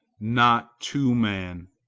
not to man.